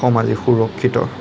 অসম আজি সুৰক্ষিত